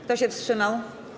Kto się wstrzymał?